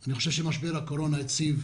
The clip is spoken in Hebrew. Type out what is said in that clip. אני חושב שמשבר הקורונה הציף